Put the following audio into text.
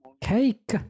cake